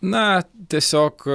na tiesiog